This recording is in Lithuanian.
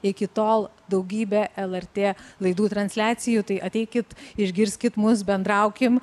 iki tol daugybė lrt laidų transliacijų tai ateikit išgirskit mus bendraukim